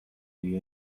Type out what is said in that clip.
the